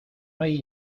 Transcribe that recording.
hay